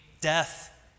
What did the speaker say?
death